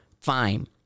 fine